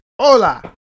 Hola